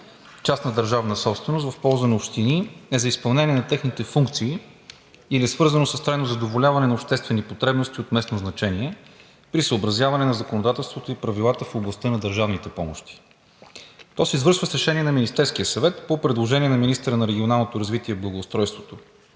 частна държавна собственост в полза на общини е за изпълнение на техните функции или свързано с трайно задоволяване на обществени потребности от местно значение при съобразяване на законодателството и правилата в областта на държавните помощи. То се извършва с решение на Министерския съвет по предложение на министъра на регионалното развитие и благоустройството.